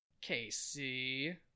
Casey